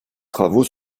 travaux